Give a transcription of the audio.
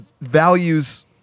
values